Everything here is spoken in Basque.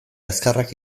azkarrak